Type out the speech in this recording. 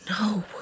No